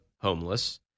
homeless